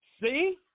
See